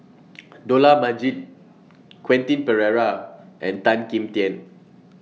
Dollah Majid Quentin Pereira and Tan Kim Tian